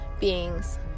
beings